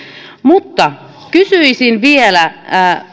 mutta kysyisin vielä kun